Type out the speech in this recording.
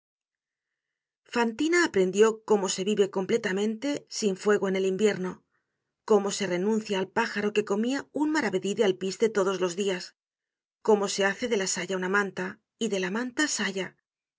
fantina aprendió cómo se vive completamente sin fuego en el invierno cómo se renuncia al pájaro que comia un maravedí de alpiste todos los dias cómo se hace de la saya manta y de la manta saya